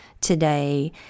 today